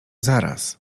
zaraz